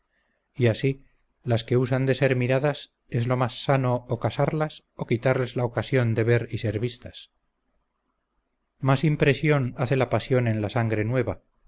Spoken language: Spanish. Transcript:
y así las que usan de ser miradas es lo más sano o casarlas o quitarles la ocasión de ver y ser vistas más impresión hace la pasión en la sangre nueva